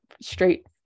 straight